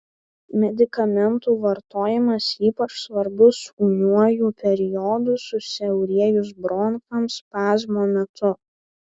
medikamentų vartojimas ypač svarbus ūmiuoju periodu susiaurėjus bronchams spazmo metu